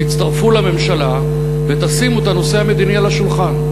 תצטרפו לממשלה ותשימו את הנושא המדיני על השולחן.